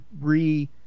re